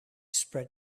spread